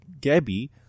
Gabby